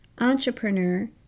entrepreneur